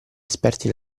esperti